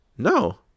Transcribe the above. No